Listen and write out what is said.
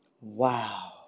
Wow